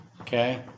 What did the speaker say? okay